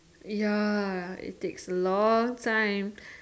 ya it takes a long time